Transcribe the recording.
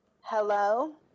hello